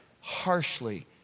harshly